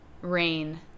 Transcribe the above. Rain